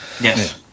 Yes